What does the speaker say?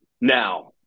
Now